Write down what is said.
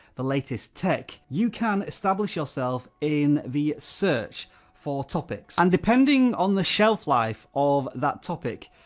the latest tech, you can establish yourself in the search for topics. and depending on the shelf life of that topic,